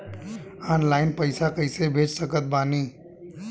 Online पैसा कैसे भेज सकत बानी?